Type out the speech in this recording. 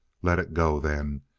let it go, then.